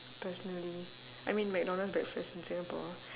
personally I mean mcdonald's breakfast in singapore